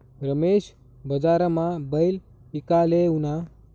रमेश बजारमा बैल ईकाले ऊना